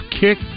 kick